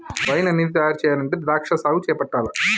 wine అనేది తయారు చెయ్యాలంటే ద్రాక్షా సాగు చేపట్టాల్ల